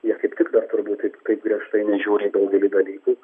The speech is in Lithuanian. jie kaip tik dar turbūt taip kaip griežtai nežiūri į daugelį dalykų